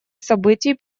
событий